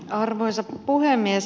arvoisa puhemies